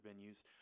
venues